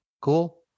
cool